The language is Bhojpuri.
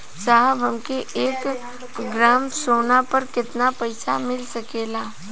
साहब हमके एक ग्रामसोना पर कितना पइसा मिल सकेला?